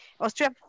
Austria